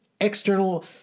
external